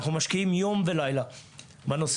אנחנו משקיעים יום ולילה בנושא.